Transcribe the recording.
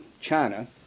China